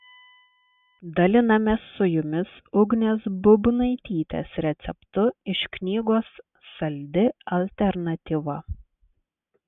dalinamės su jumis ugnės būbnaitytės receptu iš knygos saldi alternatyva